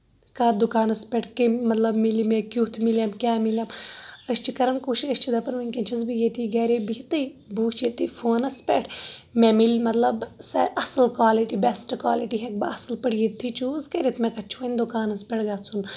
کَتھ دُکانَس پٮ۪ٹھ کیٚم مطلب مِلہِ مےٚ کیُتھ مِلیم کیٚاہ مِلیم أسۍ چھِ کران کوٗشش أسۍ چھِ دَپان ؤنٛۍکیٚن چھَس بہٕ ییٚتہِ گری بِہتٕے بہٕ وٕچھ ییٚتی فونَس پٮ۪ٹھ مےٚ ملہِ مطلب اَصٕل کالٹی بیٚسٹ کالٹی ہیٚکہٕ بہٕ اَصٕل پٲٹھۍ ییٚتۍ تھی چوٗز کٔرِتھ مےٚ کَتہِ چھُ وۄنۍ دُکانَس پٮ۪ٹھ گژھُن